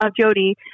Jody